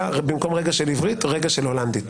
במקום רגע של עברית היה רגע של הולנדית.